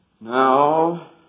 Now